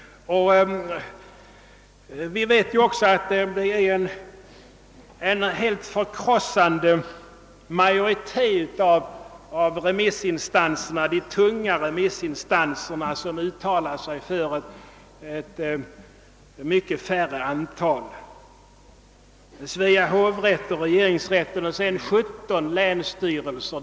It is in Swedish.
Vi vet också att det är en helt förkrossande majoritet av de tunga remissinstanserna som uttalat sig för ett mycket mindre antal, nämligen Svea hovrätt, regeringsrätten och 17 länsstyrelser.